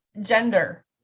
gender